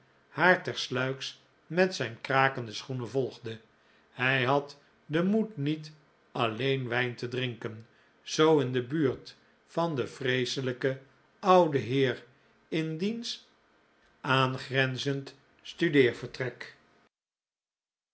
haar tersluiks met zijn krakende schoenen volgde hij had den moed niet alleen wijn te drinken zoo in de buurt van den vreeselijken ouden heer in diens